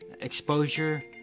exposure